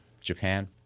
Japan